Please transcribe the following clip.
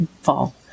fall